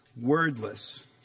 wordless